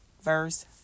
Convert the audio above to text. verse